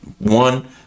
one